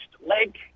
leg